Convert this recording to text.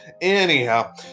Anyhow